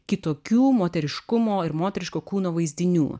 kitokių moteriškumo ir moteriško kūno vaizdinių